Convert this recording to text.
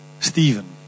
Stephen